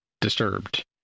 disturbed